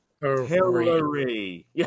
Hillary